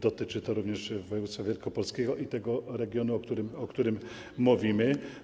Dotyczy to również województwa wielkopolskiego i tego regionu, o którym mówimy.